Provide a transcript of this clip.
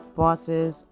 bosses